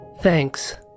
Thanks